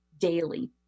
daily